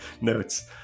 notes